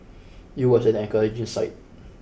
it was an encouraging sight